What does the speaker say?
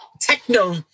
techno